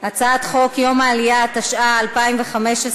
הצעת חוק יום העלייה, התשע"ה 2015,